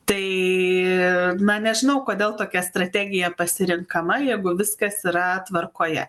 tai na nežinau kodėl tokia strategija pasirenkama jeigu viskas yra tvarkoje